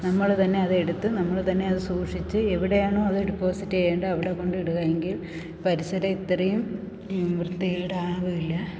നമ്മൾ തന്നെ അത് എടുത്ത് നമ്മൾ തന്നെ അത് സൂക്ഷിച്ച് എവിടെയാണോ അത് ഡെപ്പോസിറ്റ് ചെയ്യേണ്ടത് അവിടെ കൊണ്ട് ഇടുക എങ്കിൽ പരിസരം ഇത്രേം വൃത്തികേടാവില്ല